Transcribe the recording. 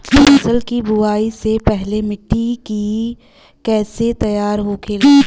फसल की बुवाई से पहले मिट्टी की कैसे तैयार होखेला?